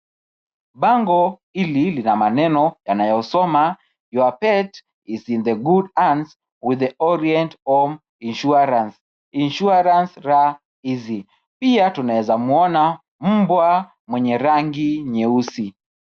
Bango hili, lina maneno yanayosoma your pet is in the good hands with the orient form insurance, insurance run easy . pia tunaeza mwona mbwa mwenye rangi nyeusi.